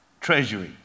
treasury